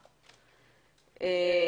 נתחיל עכשיו להעלות דברים שהיו